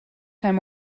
zijn